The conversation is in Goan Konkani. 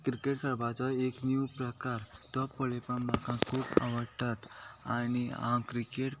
क्रिकेट खेळपाचो एक नीव प्रकार तो पळोवपाक म्हाका खूब आवडटात आनी हांव क्रिकेट